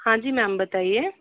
हाँ जी मैम बताइये